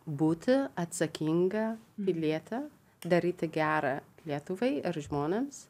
būti atsakinga piliete daryti gera lietuvai ir žmonėms